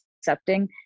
accepting